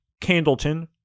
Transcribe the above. Candleton